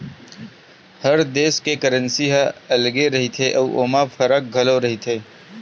हर देस के करेंसी ह अलगे रहिथे अउ ओमा फरक घलो रहिथे